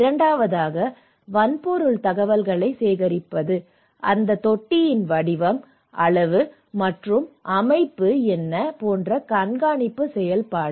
இரண்டாவதாக வன்பொருள் தகவல்களைச் சேகரிப்பது அந்தத் தொட்டியின் வடிவம் அளவு மற்றும் அமைப்பு என்ன போன்ற கண்காணிப்பு செயல்பாடு